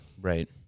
Right